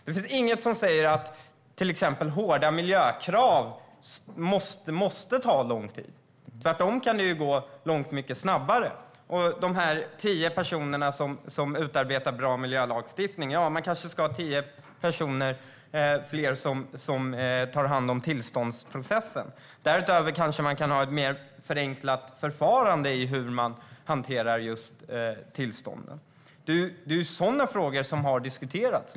Det finns inget som säger att exempelvis hårda miljökrav måste innebära att det tar lång tid. Tvärtom kan det gå långt mycket snabbare. Om det finns tio personer som utarbetar bra miljölagstiftning kanske man ska ha tio ytterligare personer som tar hand om tillståndsprocessen. Därutöver kanske man kan ha ett mer förenklat förfarande när det gäller hur man hanterar tillstånden. Det är sådana frågor som har diskuterats.